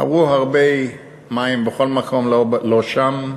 עברו הרבה מים בכל מקום, לא שם,